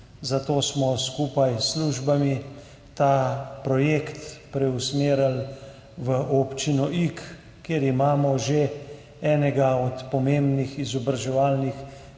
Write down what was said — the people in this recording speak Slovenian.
Zato smo skupaj s službami ta projekt preusmerili v občino Ig, kjer imamo že enega od pomembnih izobraževalnih